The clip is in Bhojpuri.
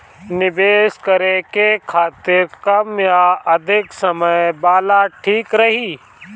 निवेश करें के खातिर कम या अधिक समय वाला ठीक रही?